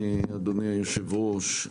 אדוני היושב-ראש,